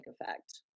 effect